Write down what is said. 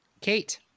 Kate